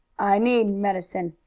i need medicine,